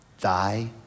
Thy